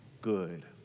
good